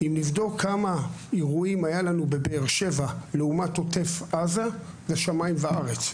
אם נבדוק כמה אירועים היו לנו בבאר שבע לעומת עוטף עזה זה שמיים וארץ,